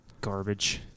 Garbage